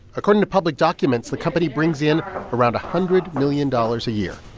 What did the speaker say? according to public documents, the company brings in around a hundred million dollars a year